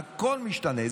הכול משתנה,